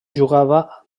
jugava